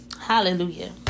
Hallelujah